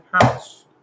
house